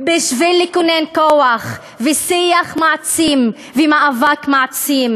בשביל לכונן כוח ושיח מעצים ומאבק מעצים,